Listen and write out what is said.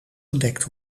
gedekt